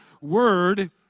word